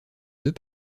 deux